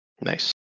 nice